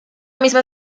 misma